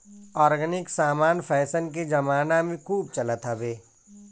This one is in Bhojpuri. ऑर्गेनिक समान फैशन के जमाना में खूब चलत हवे